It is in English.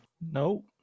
Nope